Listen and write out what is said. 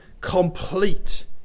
complete